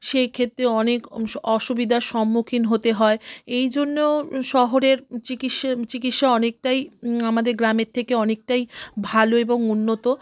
সেই ক্ষেত্রে অনেক অসুবিধার সম্মুখীন হতে হয় এই জন্যেও শহরের চিকিৎসা চিকিৎসা অনেকটাই আমাদের গ্রামের থেকে অনেকটাই ভালো এবং উন্নত